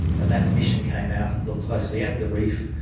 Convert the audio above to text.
and that mission came out and looked closely at the reef.